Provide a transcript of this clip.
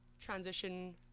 transition